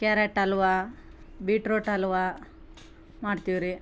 carrot halwa beetroot halwa ಮಾಡ್ತೀವ್ರಿ